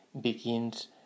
begins